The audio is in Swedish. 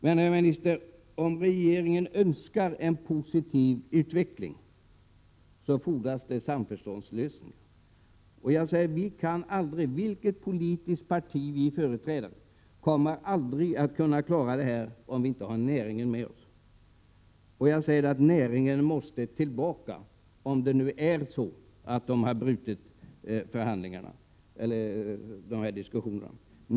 Men herr minister, om regeringen önskar en positiv utveckling fordras det samförståndslösningar. Vilket politiskt parti vi än företräder kan vi aldrig klara dessa frågor om vi inte har näringen med oss. Näringen måste tillbaka, om det nu är så att diskussionerna har avbrutits.